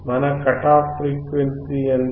మన cut off frequency ఎంత